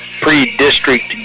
pre-district